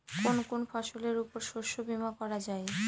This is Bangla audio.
কোন কোন ফসলের উপর শস্য বীমা করা যায়?